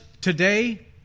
today